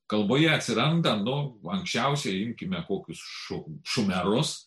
kalboje atsiranda nu anksčiausiai imkime kokius šu šumerus